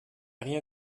rien